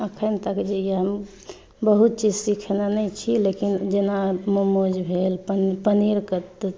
अखन तक जे यऽ हम बहुत चीज सिखने नहि छी लेकिन जेना मोमोज भेल पनीर के